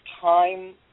time